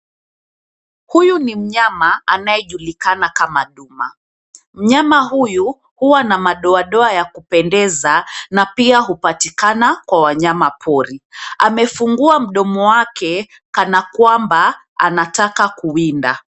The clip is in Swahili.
Huyu ni mnyama anayejulikana kama duma. Mnyama huyu huwa na mdoadoa ya kupendeza na pia hupatikana kwa wanyama pori. Amefungua mdomo wake kana kwamba anataka kuwinda.